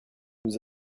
nous